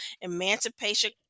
Emancipation